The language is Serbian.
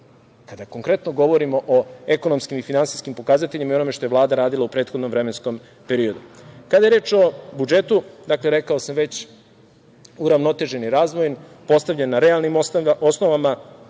kada konkretno govorimo o ekonomskim i finansijskim pokazateljima i onome što je Vlada radila u prethodnom vremenskom periodu. Kada je reč o budžetu, rekao sam već, uravnotežen razvoj, postavljen na realnim osnovama,